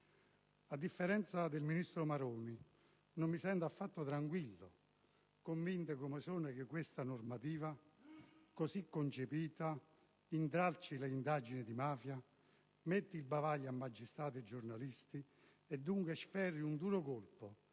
A differenza del ministro Maroni, non mi sento affatto tranquillo, convinto come sono che questa normativa, cosi concepita, intralci le indagini di mafia, metta il bavaglio a magistrati e giornalisti e, dunque, sferri un duro colpo